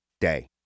day